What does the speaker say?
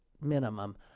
minimum